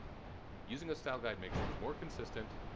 using a style guide makes things more consistent,